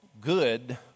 good